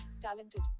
talented